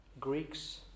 Greeks